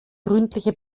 gründliche